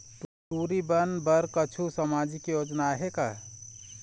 टूरी बन बर कछु सामाजिक योजना आहे का?